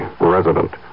resident